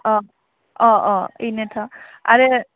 अ अ अ अ बिनोथ' आरो